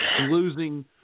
Losing